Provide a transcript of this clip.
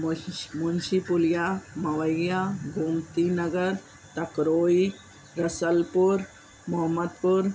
मुशीश Munshi Puliya Mawaiya Gomti Nagar Takroi Rasalpur Mohammadpur